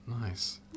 Nice